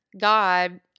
God